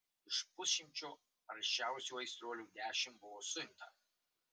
iš pusšimčio aršiausių aistruolių dešimt buvo suimta